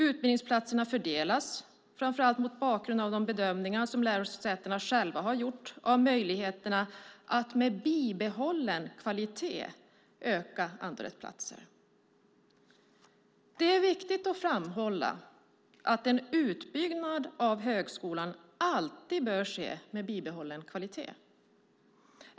Utbildningsplatserna fördelas framför allt mot bakgrund av de bedömningar som lärosätena själva har gjort av möjligheterna att med bibehållen kvalitet öka antalet platser. Det är viktigt att framhålla att en utbyggnad av högskolan alltid bör ske med bibehållen kvalitet.